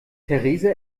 theresa